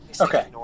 Okay